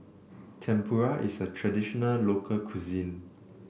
Tempura is a traditional local cuisine